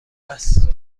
است